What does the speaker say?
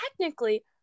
technically